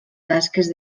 tasques